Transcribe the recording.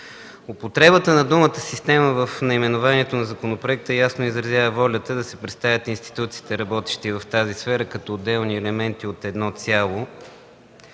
Употребата на думата „система” в наименованието на законопроекта ясно изразява волята да се представят институциите, работещи в тази сфера, като отделни елементи от едно цяло,